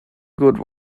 good